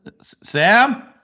Sam